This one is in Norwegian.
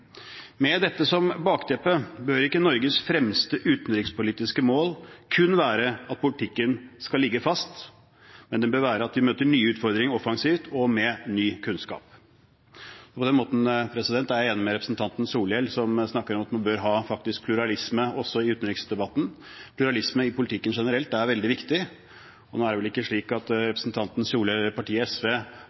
Med dette som bakteppe bør ikke Norges fremste utenrikspolitiske mål kun være at politikken skal ligge fast, men den bør være at vi møter nye utfordringer offensivt og med ny kunnskap. På den måten er jeg enig med representanten Solhjell, som snakker om at man bør faktisk ha pluralisme også i utenriksdebatten. Pluralisme i politikken generelt er veldig viktig. Nå er det vel ikke slik at det mangler på ytringer i det åpne rom fra representanten Solhjell eller partiet SV,